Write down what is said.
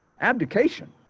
Abdication